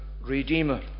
Redeemer